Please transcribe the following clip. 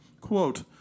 Quote